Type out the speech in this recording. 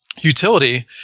utility